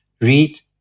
Read